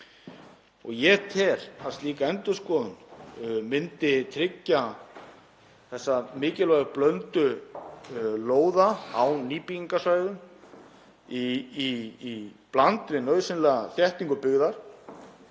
Ég tel að slík endurskoðun myndi tryggja þessa mikilvægu blöndu lóða á nýbyggingarsvæðum í bland við nauðsynlega þéttingu byggðar